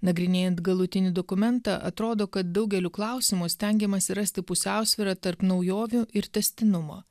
nagrinėjant galutinį dokumentą atrodo kad daugeliu klausimų stengiamasi rasti pusiausvyrą tarp naujovių ir tęstinumo